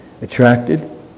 attracted